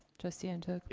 trustee ntuk?